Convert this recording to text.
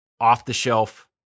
off-the-shelf